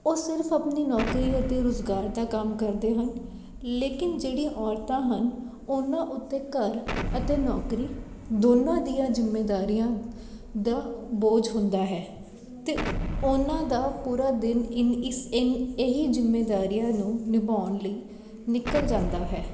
ਉਹ ਸਿਰਫ਼ ਆਪਣੀ ਨੌਕਰੀ ਅਤੇ ਰੁਜ਼ਗਾਰ ਦਾ ਕੰਮ ਕਰਦੇ ਹਨ ਲੇਕਿਨ ਜਿਹੜੀ ਔਰਤਾਂ ਹਨ ਉਹਨਾਂ ਉੱਤੇ ਘਰ ਅਤੇ ਨੌਕਰੀ ਦੋਨਾਂ ਦੀਆਂ ਜ਼ਿੰਮੇਵਾਰੀਆਂ ਦਾ ਬੋਝ ਹੁੰਦਾ ਹੈ ਅਤੇ ਉਹਨਾਂ ਦਾ ਪੂਰਾ ਦਿਨ ਇਨ ਇਸ ਇਨ ਇਹ ਹੀ ਜ਼ਿੰਮੇਵਾਰੀਆਂ ਨੂੰ ਨਿਭਾਉਣ ਲਈ ਨਿਕਲ ਜਾਂਦਾ ਹੈ